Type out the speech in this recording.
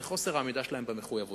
והוא חוסר העמידה שלהם במחויבויות.